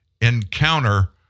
encounter